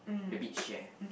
the beach chair